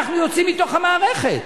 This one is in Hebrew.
אנחנו יוצאים מתוך המערכת.